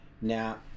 Now